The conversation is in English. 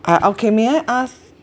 ah okay may I ask